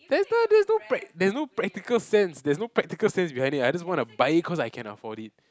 there's no there's no prac~ there's no practical sense there's no practical sense behind it I just wanna buy it cause I can afford it